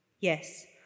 Yes